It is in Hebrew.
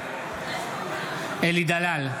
בעד אלי דלל,